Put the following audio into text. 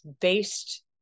based